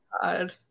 God